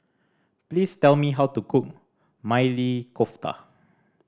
please tell me how to cook Maili Kofta